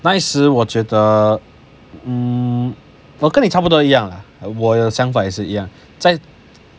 那一时我觉得 uh hmm 我跟你差不多一样 lah 我有相反也是一样在